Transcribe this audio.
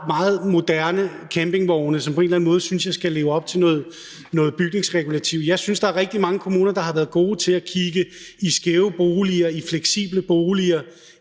meget moderne campingvogne, som jeg på en eller anden måde synes skal leve op til noget bygningsregulativ. Jeg synes, der er rigtig mange kommuner, der har været gode til at tænke i skæve boliger, i fleksible boliger